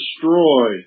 destroy